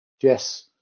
jess